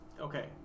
Okay